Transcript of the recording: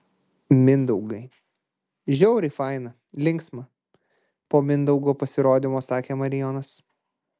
mindaugai žiauriai faina linksma po mindaugo pasirodymo sakė marijonas